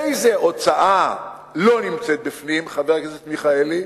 איזו הוצאה לא נמצאת בפנים, חבר הכנסת מיכאלי?